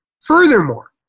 Furthermore